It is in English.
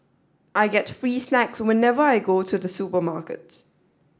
I get free snacks whenever I go to the supermarket